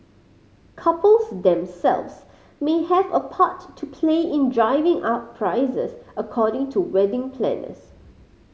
couples themselves may have a part to play in driving up prices according to wedding planners